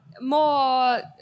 more